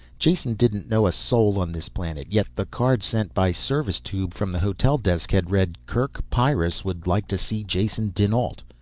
jason didn't know a soul on this planet. yet the card sent by service tube from the hotel desk had read kerk pyrrus would like to see jason dinalt.